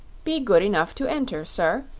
be good enough to enter, sir,